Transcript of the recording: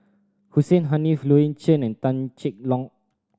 Hussein Haniff Louis Chen and Tan Cheng Lock